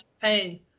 pain